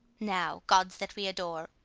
now, gods that we adore,